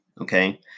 okay